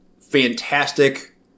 fantastic